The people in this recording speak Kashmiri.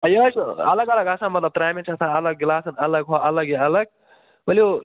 ٲں یِہٲے سُہ الگ الگ آسان مطلب ترامیٚن چھُ آسان الگ گِلاسن الگ ہُہ الگ یہِ الگ ؤلِو